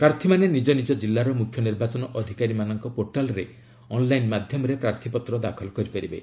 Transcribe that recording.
ପ୍ରାର୍ଥୀମାନେ ନିଜ ନିଜ ଜିଲ୍ଲାର ମୁଖ୍ୟ ନିର୍ବାଚନ ଅଧିକାରୀଙ୍କ ପୋର୍ଟାଲ୍ରେ ଅନ୍ଲାଇନ୍ ମାଧ୍ୟମରେ ପ୍ରାର୍ଥୀପତ୍ର ଦାଖଲ କରିପାରିବେ